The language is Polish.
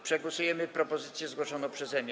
Przegłosujemy propozycję zgłoszoną przeze mnie.